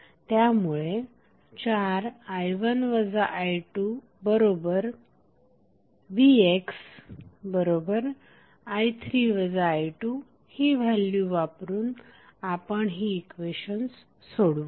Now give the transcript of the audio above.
त्यामुळे 4i1 i2vxi3 i2ही value वापरून आपण ही इक्वेशन्स सोडवू